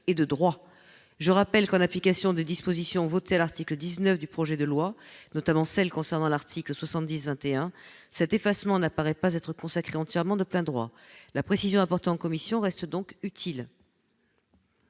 est de droit. Je rappelle que, en application des dispositions votées à l'article 19 du projet de loi, notamment celles qui concernent l'article 70-21, cet effacement ne semble pas être consacré entièrement de plein droit. La précision apportée en commission reste donc utile.